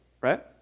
right